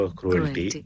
cruelty